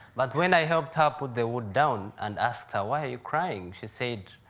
but when i helped her put the wood down and asked her, why are you crying? she said,